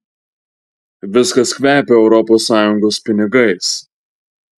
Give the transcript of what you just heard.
viskas kvepia europos sąjungos pinigais